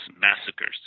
massacres